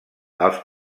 els